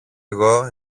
εγώ